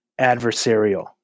adversarial